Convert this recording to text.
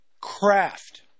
craft